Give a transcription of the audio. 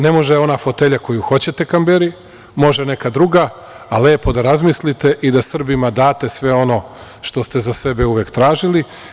Ne može ona fotelja koju hoćete, Kamberi, može neka druga, pa lepo da razmislite i da Srbima date sve ono što ste za sebe uvek tražili.